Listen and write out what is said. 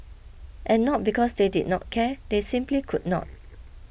and not because they did not care they simply could not